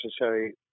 necessary